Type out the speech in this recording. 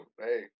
hey